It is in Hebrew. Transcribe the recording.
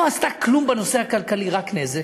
לא עשתה כלום בנושא הכלכלי, רק נזק,